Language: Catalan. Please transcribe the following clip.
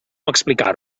explicar